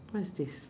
what is this